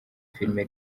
filime